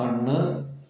കണ്ണ്